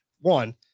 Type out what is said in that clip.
One